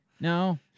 No